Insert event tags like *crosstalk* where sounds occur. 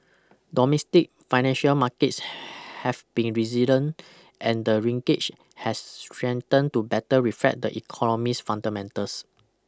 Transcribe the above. domestic financial markets *noise* have been resilient and the ringgit has strengthened to better reflect the economies fundamentals